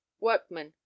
workmen